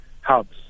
hubs